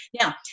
Now